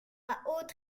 haut